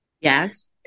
Yes